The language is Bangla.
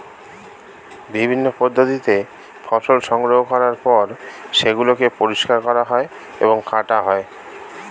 বিভিন্ন পদ্ধতিতে ফসল সংগ্রহ করার পর সেগুলোকে পরিষ্কার করা হয় এবং কাটা হয়